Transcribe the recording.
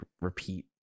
repeat